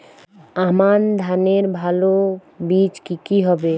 আমান ধানের ভালো বীজ কি কি হবে?